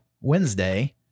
Wednesday –